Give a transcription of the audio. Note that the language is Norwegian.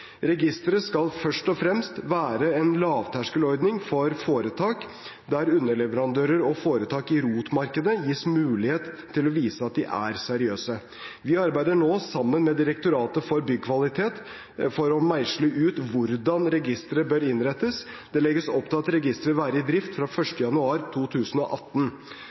Registeret skal først og fremst være en lavterskelordning for foretak, der underleverandører og foretak i ROT-markedet gis mulighet til å vise at de er seriøse. Vi arbeider nå sammen med Direktoratet for byggkvalitet for å meisle ut hvordan registeret bør innrettes. Det legges opp til at registeret vil være i drift fra 1. januar 2018.